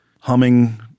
humming